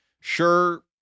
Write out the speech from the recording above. Sure